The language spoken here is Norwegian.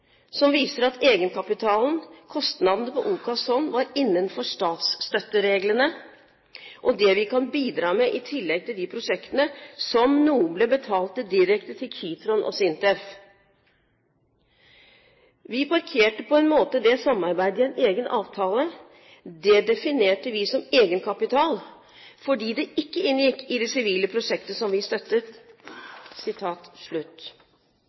som viser at egenkapitalen, kostnadene på OCAS’ hånd, var innenfor statsstøttereglene og det vi kan bidra med, i tillegg til de prosjektene som NOBLE betalte direkte til Kitron og SINTEF. Vi parkerte på en måte det samarbeidet i en egen avtale. Det definerte vi som egenkapital, fordi det ikke inngikk i det sivile prosjektet som vi støttet.»